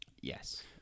Yes